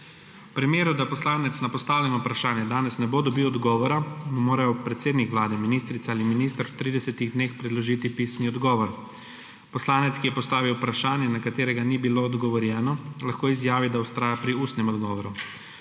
V primeru, da poslanec na postavljeno vprašanje danes ne bo dobil odgovora, mu morajo predsednik Vlade, ministrica ali minister v tridesetih dneh predložiti pisni odgovor. Poslanec, ki je postavil vprašanje, na katerega ni bilo odgovorjeno, lahko izjavi, da vztraja pri ustnem odgovoru.